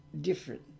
different